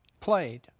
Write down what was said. played